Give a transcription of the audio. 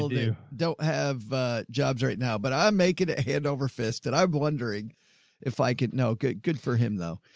do. don't have a jobs right now, but i'm making it hand over fist and i'm wondering if i could no good good for him though.